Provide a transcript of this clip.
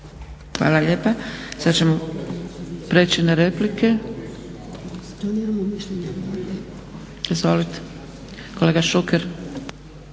Hvala lijepa. Sad ćemo preći na replike. Izvolite, kolega Šuker.